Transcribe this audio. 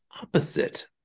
opposite